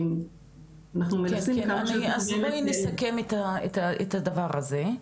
אנחנו מנסים כמה שיותר --- אז בואי נסכם את הדבר הזה,